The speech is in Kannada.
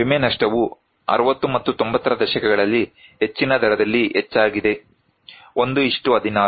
ವಿಮೆ ನಷ್ಟವು 60 ಮತ್ತು 90 ರ ದಶಕಗಳಲ್ಲಿ ಹೆಚ್ಚಿನ ದರದಲ್ಲಿ ಹೆಚ್ಚಾಗಿದೆ 116